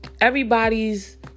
Everybody's